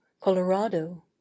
colorado